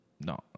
No